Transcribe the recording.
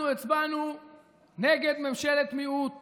אנחנו הצבענו נגד ממשלת מיעוט